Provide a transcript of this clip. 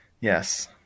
yes